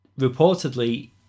Reportedly